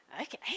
okay